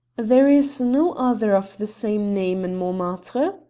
there is no other of the same name in montmartre?